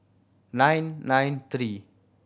nine nine three